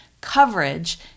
coverage